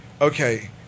okay